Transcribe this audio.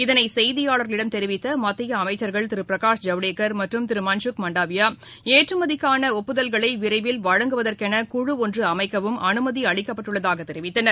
இதனை செய்தியாளர்களிடம் தெரிவித்த மத்திய அமைச்சர்கள் திரு பிரகாஷ் ஜவ்டேக்கர் மற்றம் திரு மள்சுக் மாண்டவியா ஏற்றுமதிக்கான ஒப்புதல்களை விரைவில் வழங்குவதற்கென குழு ஒன்று அமைக்கவும் அனுமதி அளிக்கப்பட்டுள்ளதாகவும் தெரிவித்தனர்